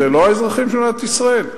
זה לא האזרחים של מדינת ישראל?